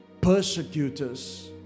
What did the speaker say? persecutors